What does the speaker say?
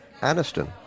Aniston